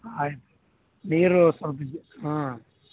ಆಯ್ತು ನೀರು ಸ್ವಲ್ಪ ಜ್ ಹಾಂ